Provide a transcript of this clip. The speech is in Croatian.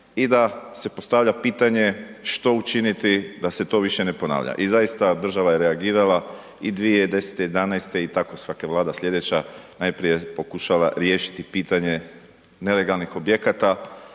i da se postavlja pitanje što učiniti da se to više ne ponavlja? I zaista, država je reagirala i 2010., 2011., i tako svaka Vlada slijedeća najprije pokušala riješiti pitanje nelegalnih objekata,